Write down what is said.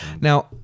Now